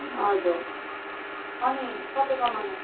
हजुर अनि तपाईँकोमा